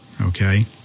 Okay